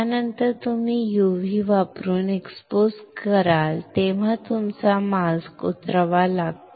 त्यानंतर तुम्ही UV वापरून एक्सपोज करता तेव्हा तुम्हाला मास्क उतरवावा लागतो